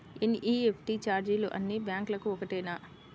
NEFT ఛార్జీలు అన్నీ బ్యాంక్లకూ ఒకటేనా?